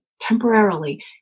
temporarily